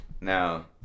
now